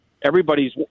everybody's